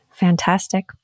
Fantastic